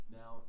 now